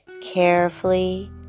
carefully